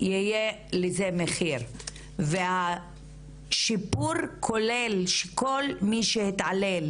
יהיה לזה מחיר והשיפור כולל גם את זה שכל מי שלקח חלק בהתעללות